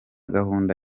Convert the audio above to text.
gahunda